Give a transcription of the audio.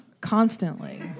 constantly